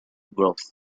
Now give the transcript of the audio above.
growth